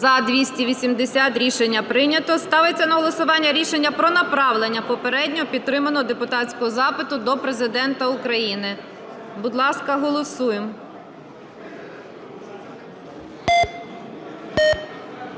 За-280 Рішення прийнято. Ставиться на голосування рішення про направлення попередньо підтриманого депутатського запиту до Президента України. Будь ласка, голосуємо.